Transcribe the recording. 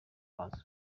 wazo